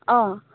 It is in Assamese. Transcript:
অঁ